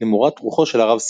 למורת רוחו של הרב סרנא.